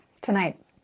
tonight